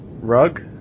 Rug